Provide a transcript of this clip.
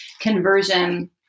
conversion